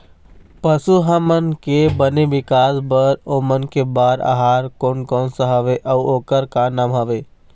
पशु हमन के बने विकास बार ओमन के बार आहार कोन कौन सा हवे अऊ ओकर का नाम हवे?